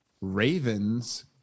Ravens